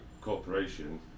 corporation